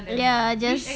ya just